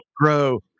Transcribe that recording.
grow